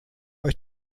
euch